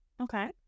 Okay